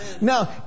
now